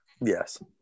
Yes